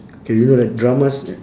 K you know like dramas